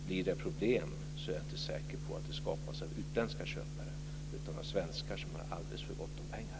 Blir det problem är jag inte säker på att de skapas av utländska köpare utan av svenska som har alldeles för gott om pengar.